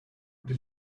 did